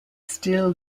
still